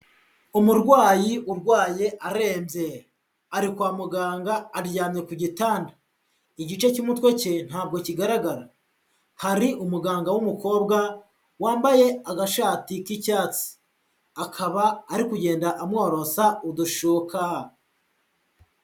Umurwayi urwaye arembye, ari kwa muganga aryamye ku gitanda, igice cy'umutwe cye ntabwo kigaragara, hari umuganga w'umukobwa wambaye agashati k'icyatsi, akaba ari kugenda amworosa udushuka.